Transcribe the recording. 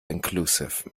inclusive